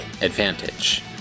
advantage